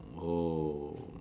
oh